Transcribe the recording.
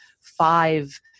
five